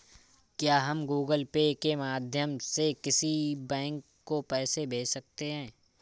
क्या हम Google Pay के माध्यम से किसी बैंक को पैसे भेज सकते हैं?